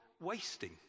wasting